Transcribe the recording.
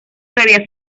había